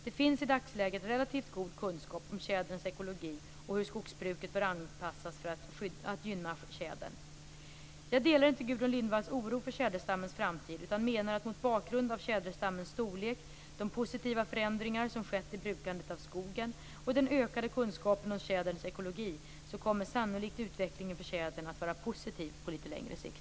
Det finns i dagsläget relativt god kunskap om tjäderns ekologi och om hur skogsbruket bör anpassas för att gynna tjädern. Jag delar inte Gudrun Lindvalls oro för tjäderstammens framtid utan menar att mot bakgrund av tjäderstammens storlek, de positiva förändringar som skett i brukandet av skogen och den ökade kunskapen om tjäderns ekologi kommer sannolikt utvecklingen för tjädern att vara positiv på litet längre sikt.